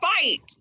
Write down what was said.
fight